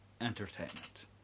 Entertainment